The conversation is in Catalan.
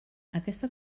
aquesta